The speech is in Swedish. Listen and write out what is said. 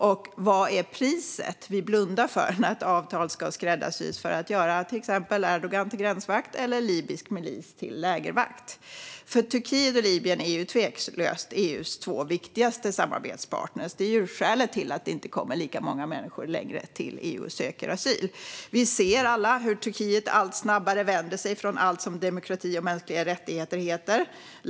Och vad är priset vi blundar för när ett avtal ska skräddarsys för att göra till exempel Erdogan till gränsvakt eller libysk milis till lägervakt? Turkiet och Libyen är ju tveklöst EU:s två viktigaste samarbetspartner; detta är ju skälet till att det inte längre kommer lika många människor till EU och söker asyl. Vi ser alla hur Turkiet allt snabbare vänder sig bort från demokrati och mänskliga rättigheter.